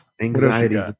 Anxiety